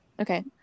Okay